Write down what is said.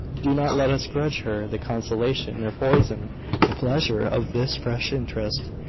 do not let us grudge her the consolation, or poison the pleasure of this fresh interest.